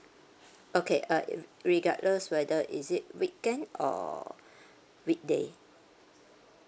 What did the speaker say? okay uh regardless whether is it weekend or weekday